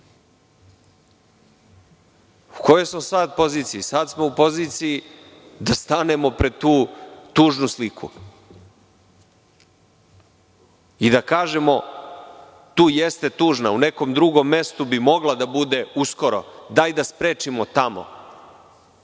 kojoj smo sada poziciji? Sada smo u poziciji da stanemo pred tu tužnu sliku i da kažemo – tu jeste tužna, u nekom mestu bi mogla da bude uskoro, dajte da sprečimo tamo.